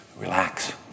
relax